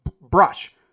brush